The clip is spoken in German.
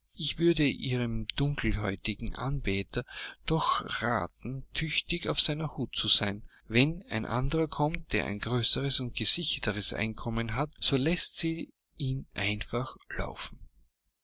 ich würde ihrem dunkeläugigen anbeter doch raten tüchtig auf seiner hut zu sein wenn ein anderer kommt der ein größeres und gesicherteres einkommen hat so läßt sie ihn einfach laufen